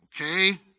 Okay